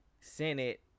Senate